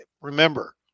remember